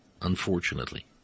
unfortunately